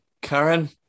Karen